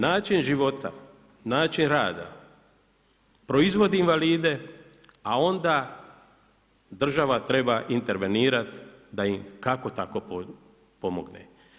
Način života, način rada proizvodi invalide, a onda država treba intervenirati da im kako tako pomogne.